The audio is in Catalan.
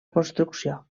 construcció